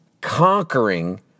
conquering